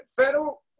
federal